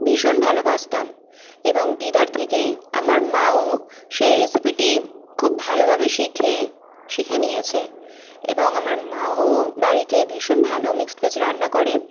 ভীষণ ভালোবাসতাম এবং দিদার থেকে আমার মাও সেই রেসিপিটি খুব ভালোভাবে শিখে শিখে নিয়েছে এবং আমার মাও বাড়িতে ভীষণ ভালো মিক্সড ভেজ রান্না করে